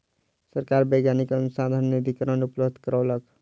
सरकार वैज्ञानिक के अनुसन्धान निधिकरण उपलब्ध करौलक